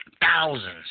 thousands